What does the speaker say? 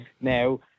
now